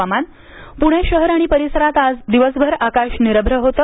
हवामान प्णे शहर आणि परिसरात आज दिवसभर आकाश निरभ्र होतं